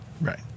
Right